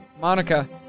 Monica